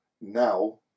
now